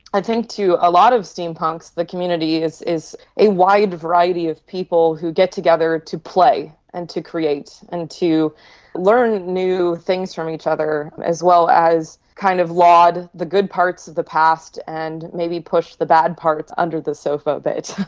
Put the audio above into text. i think to a lot of steampunks the community is is a wide variety of people who get together to play and to create, and to learn new things from each other as well as kind of laud the good parts of the past and maybe push the bad parts under the sofa a bit.